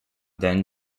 then